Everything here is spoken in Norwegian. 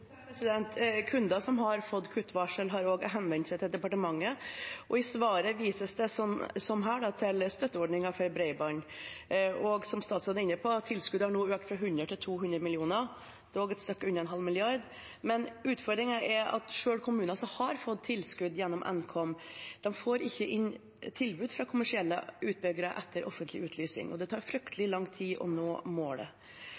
Kunder som har fått kuttvarsel, har også henvendt seg til departementet. I svaret vises det til – som her – støtteordningen for bredbånd. Som statsråden er inne på: Tilskuddet har nå økt fra 100 mill. kr til 200 mill. kr – dog et stykke unna en halv milliard. Men utfordringen er at selv kommuner som har fått tilskudd gjennom Nkom, får ikke inn tilbud fra kommersielle utbyggere etter offentlig utlysning. Det tar